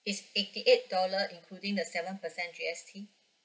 it's eighty eight dollar including the seven percent G_S_T